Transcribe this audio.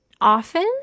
often